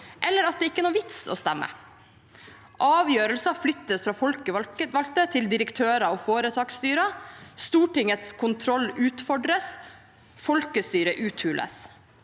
eller at det ikke er noen vits i å stemme. Avgjørelser flyttes fra folkevalgte til direktører og foretaksstyrer. Stortingets kontroll utfordres. Folkestyret uthules.